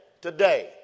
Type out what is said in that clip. today